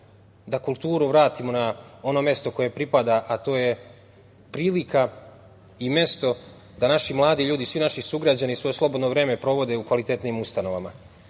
da kulturu vratimo na ono mesto koje joj pripada, a to je prilika i mesto da naši mladi ljudi, svi naši sugrađani slobodno vreme provode u kvalitetnijim ustanovama. Tako